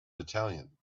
battalion